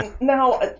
now